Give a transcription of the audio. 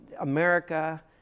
America